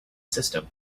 system